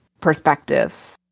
perspective